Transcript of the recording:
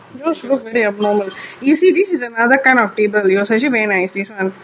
because yours is very abnormal you see this is another kind of table it was actually very nice this one